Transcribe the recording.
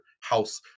house